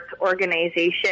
organization